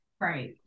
Right